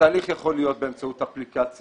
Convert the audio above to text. התהליך יכול להיות באמצעות אפליקציה.